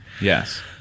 Yes